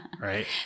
right